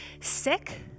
sick